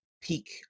peak